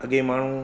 अॻिए माण्हू